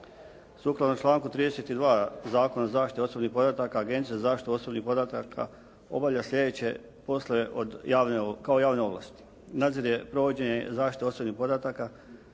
Sukladno članku 32. Zakona o zaštiti osobnih podataka Agencija za zaštitu osobnih podataka obavlja sljedeće poslove od, kao javne ovlasti: nadzire provođenje i zaštitu osobnih podataka,